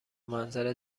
منظره